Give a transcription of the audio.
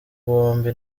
bombi